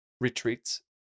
retreats